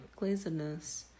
glazedness